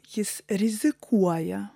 jis rizikuoja